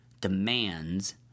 demands